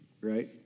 right